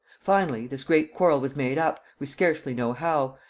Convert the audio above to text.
finally, this great quarrel was made up, we scarcely know how,